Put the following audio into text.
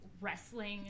wrestling